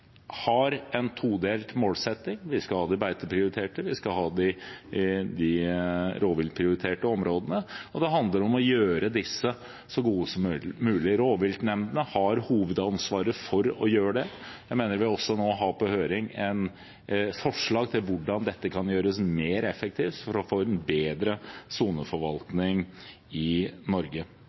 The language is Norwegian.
har en todelt målsetting. Vi skal ha det i beiteprioriterte områder, og vi skal ha det i de rovviltprioriterte områdene. Det handler om å gjøre disse så gode som mulig. Rovviltnemndene har hovedansvaret for å gjøre det. Vi har også nå på høring forslag til hvordan dette kan gjøres mer effektivt for å få en bedre soneforvaltning i Norge.